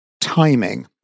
timing